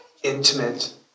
intimate